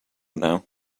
now